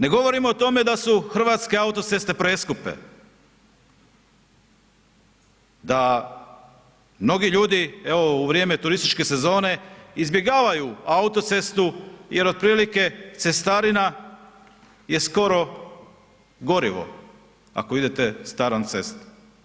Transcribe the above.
Ne govorimo o tome da su hrvatske autoceste preskupe, da mnogi ljudi evo u vrijeme turističke sezone izbjegavaju autocestu jer otprilike cestarina je skoro gorivo, ako idete starom cestom.